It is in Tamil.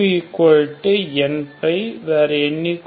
remember is always positive strictly positive